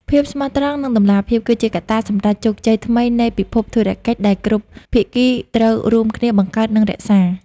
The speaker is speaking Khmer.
ភាពស្មោះត្រង់ និងតម្លាភាព គឺជាកត្តាសម្រេចជោគជ័យថ្មីនៃពិភពធុរកិច្ចដែលគ្រប់ភាគីត្រូវរួមគ្នាបង្កើត និងរក្សា។